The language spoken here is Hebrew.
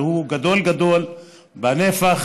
שהוא גדול גדול בנפח,